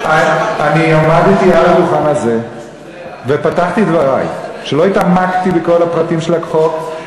אני עמדתי על הדוכן הזה ופתחתי את דברי שלא התעמקתי בכל הפרטים של החוק,